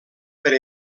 per